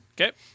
Okay